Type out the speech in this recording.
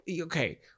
Okay